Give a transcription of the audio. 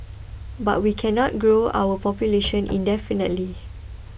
but we cannot grow our population indefinitely